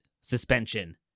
suspension